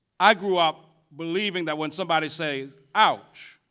i grew up believing that when somebody says ouch,